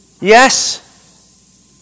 Yes